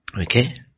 Okay